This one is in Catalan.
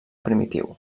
primitiu